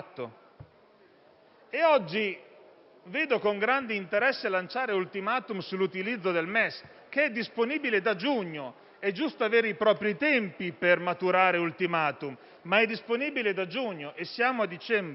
Oggi vedo, con grande interesse, lanciare *ultimatum* sull'utilizzo del MES, che è disponibile da giugno. È giusto avere i propri tempi per maturare *ultimatum*, ma è disponibile da giugno e siamo a dicembre.